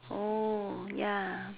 oh ya